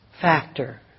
factor